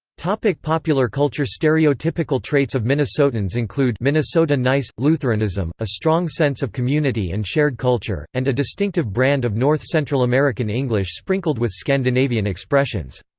like popular culture stereotypical traits of minnesotans include minnesota nice, lutheranism, a strong sense of community and shared culture, and a distinctive brand of north central american english sprinkled with scandinavian expressions.